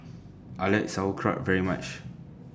I like Sauerkraut very much